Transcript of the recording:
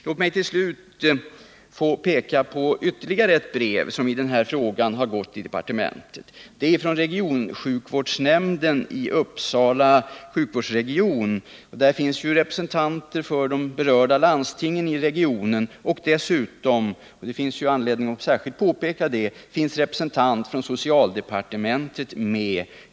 Låt mig till slut peka på ytterligare ett brev i den här frågan som har gått till departementet. Det är från regionsjukvårdsnämnden i Uppsala sjukvårdsregion. Där finns ju representanter för de berörda landstingen i regionen, och dessutom — det finns anledning att särskilt påpeka det — finns en representant med från socialdepartementet.